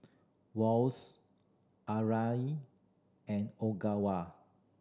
Wall's Arai and Ogawa